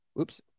oops